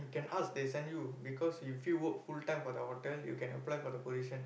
can ask they send you because if you work full time for the hotel you can apply for the position